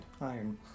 Iron